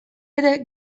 ere